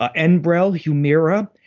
ah enbrel, humira,